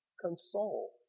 console